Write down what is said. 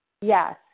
Yes